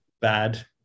bad